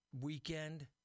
weekend